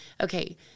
Okay